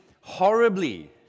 horribly